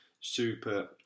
Super